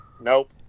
Nope